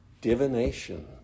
divination